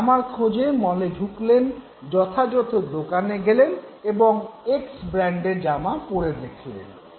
জামার খোঁজে মলে ঢুকলেন যথাযথ দোকানে গেলেন এবং এক্স ব্র্যান্ডের জামা পড়ে দেখলেন